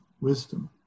Wisdom